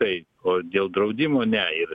tai o dėl draudimo ne ir